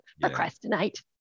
Procrastinate